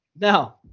Now